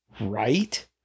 Right